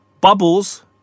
Bubbles